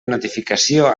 notificació